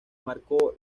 marcó